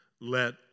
Let